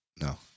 No